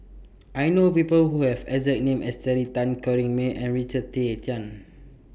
I know People Who Have exact name as Terry Tan Corrinne May and Richard Tay Tian